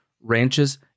ranches